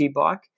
bike